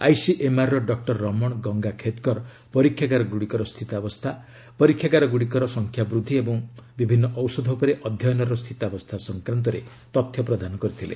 ଆଇସିଏମ୍ଆର୍ର doctor Raman Gangakhedkar ପରୀକ୍ଷାଗାରଗୁଡ଼ିକର ସ୍ଥିତାବସ୍ଥା ପରୀକ୍ଷାଗାରଗୁଡ଼ିକର ସଂଖ୍ୟାବୃଦ୍ଧି ଓ ବିଭିନ୍ନ ଔଷଧ ଉପରେ ଅଧ୍ୟୟନର ସ୍ଥିତାବସ୍ଥା ସଫକ୍ରାନ୍ତରେ ତଥ୍ୟ ଦେଇଥିଲେ